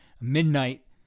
midnight